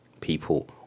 people